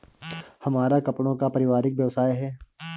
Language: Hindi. हमारा कपड़ों का पारिवारिक व्यवसाय है